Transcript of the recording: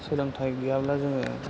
सोलोंथाइ गैयाब्ला जोङो